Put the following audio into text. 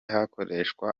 hakoreshwa